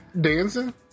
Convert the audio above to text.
Dancing